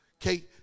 okay